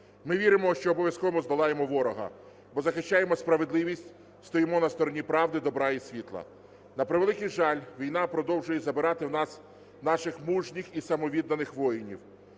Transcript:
Ми віримо, що обов'язково здолаємо ворога, бо захищаємо справедливість, стоїмо на стороні правди, добра і світла. На превеликий жаль, війна продовжує забирати у нас наших мужніх і самовідданих воїнів.